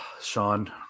Sean